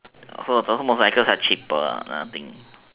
also also motorcycles are cheaper lah that kind of thing